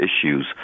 issues